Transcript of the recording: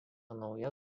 nauja